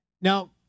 Now